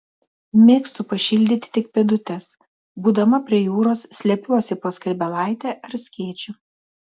mėgstu pašildyti tik pėdutes būdama prie jūros slepiuosi po skrybėlaite ar skėčiu